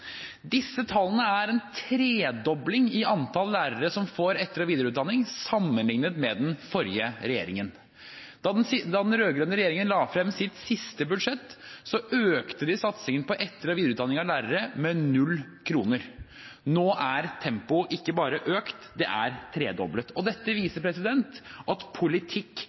er en tredobling i antall lærere som får etter- og videreutdanning, sammenlignet med under den forrige regjeringen. Da den rød-grønne regjeringen la frem sitt siste budsjett, økte de satsingen på etter- og videreutdanning av lærere med null kroner. Nå er tempoet ikke bare økt, det er tredoblet. Dette viser at politikk